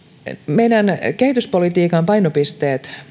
meidän kehityspolitiikkamme painopisteet